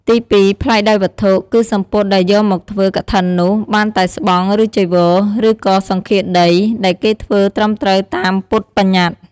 ទីពីរ ប្លែកដោយវត្ថុ គឺសំពត់ដែលយកមកធ្វើកឋិននោះបានតែស្បង់ ឬចីវរ ឬក៏សង្ឃាដី ដែលគេធ្វើត្រឹមត្រូវតាមពុទ្ធប្បញ្ញត្តិ។